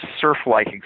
surf-like